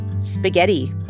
Spaghetti